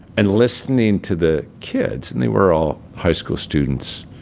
and listening to the kids and they were all high school students